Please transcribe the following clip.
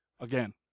Again